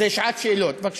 זו שעת שאלות, בבקשה.